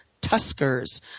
tuskers